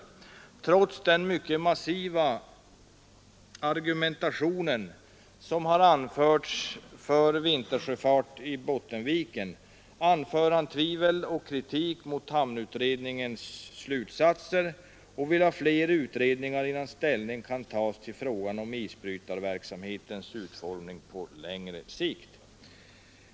Trots den oerhört massiva argumentation som har anförts för vintersjöfart i Bottenviken uttalar han tvivel på och kritik mot hamnutredningens slutsatser och vill ha fler utredningar innan ställning kan tas till frågan om isbrytarverksamhetens utformning på längre sikt.